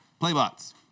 Playbots